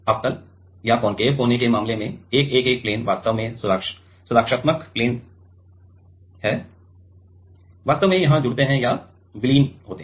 अवतल कोने के मामले में 111 प्लेन वास्तव में सुरक्षात्मक प्लेन वास्तव में यहां जुड़ते हैं या विलीन होते हैं